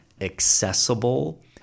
accessible